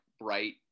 bright